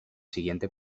siguiente